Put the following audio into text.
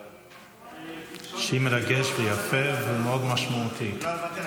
שיר מרגש ויפה, והוא מאוד משמעותי.